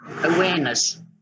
Awareness